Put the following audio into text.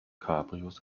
cabrios